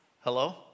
Hello